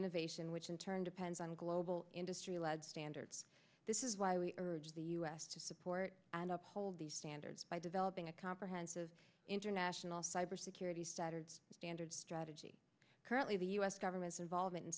innovation which in turn depends on global industry lead standards this is why we urge the u s to support and uphold these standards by developing a comprehensive international cybersecurity saturday standard strategy currently the u s government's involvement in